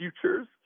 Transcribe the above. futures